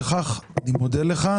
אני מודה לך.